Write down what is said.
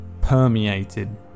Permeated